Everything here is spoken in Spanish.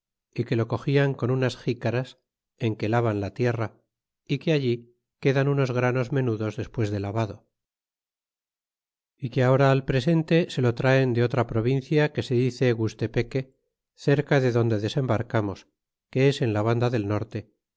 y que lo cogian con unas xicaras en que lavan la tierra é que allí quedan unos granos menudos despues de lavado que ahora al presente se lo traen de otra provincia que se dice gustepeque cerca de donde desembarcamos que es en la v anda del norte